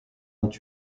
ont